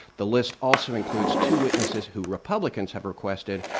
the list also includes two witnesses who republicans have requested,